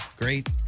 great